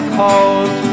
cold